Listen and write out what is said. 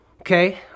okay